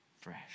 fresh